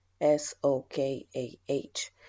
S-O-K-A-H